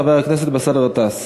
חבר הכנסת באסל גטאס.